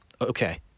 Okay